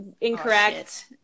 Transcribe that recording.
incorrect